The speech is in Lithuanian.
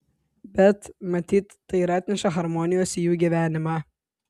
bet matyt tai ir atneša harmonijos į jų gyvenimą